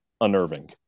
unnerving